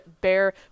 Bear